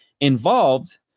involved